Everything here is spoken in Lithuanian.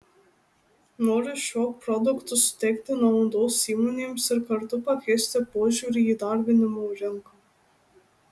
noriu šiuo produktu suteikti naudos įmonėms ir kartu pakeisti požiūrį į įdarbinimo rinką